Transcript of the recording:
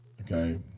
okay